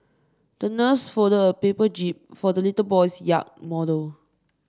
the nurse folded a paper jib for the little boy's yacht model